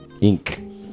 Ink